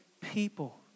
people